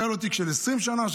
היה לו תיק של 20 שנה,